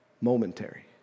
Momentary